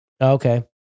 Okay